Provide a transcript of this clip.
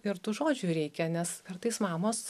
ir tų žodžių reikia nes kartais mamos